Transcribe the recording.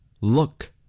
Look